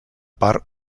part